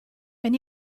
wenn